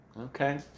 Okay